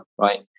right